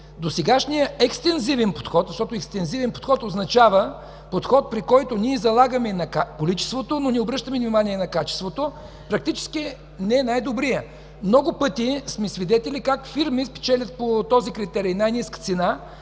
Досегашният екстензивен подход, защото екстензивен подход означава подход, при който ние залагаме на количеството, но не обръщаме внимание на качеството, практически не е най-добрият. Много пъти сме свидетели как фирми, спечелили по този критерий – най-ниска цена,